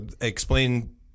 explain